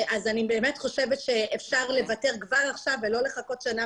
אני חושבת שאפשר לוותר כבר עכשיו ולא לחכות שנה